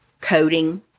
coding